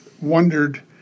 wondered